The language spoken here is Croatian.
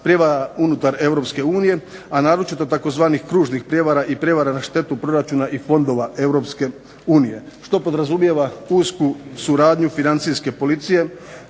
prijevara unutar EU, a naročito tzv. kružnih prijevara i prijevara na štetu fondova EU, što podrazumijeva usku suradnju Financijske policije